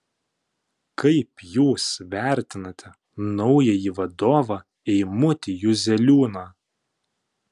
kaip jūs vertinate naująjį vadovą eimutį juzeliūną